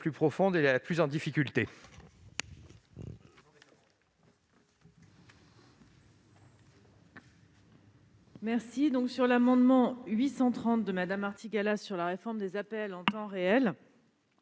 profonde et la plus en difficulté,